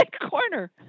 corner